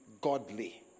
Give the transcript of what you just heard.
godly